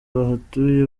bahatuye